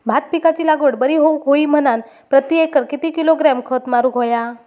भात पिकाची लागवड बरी होऊक होई म्हणान प्रति एकर किती किलोग्रॅम खत मारुक होया?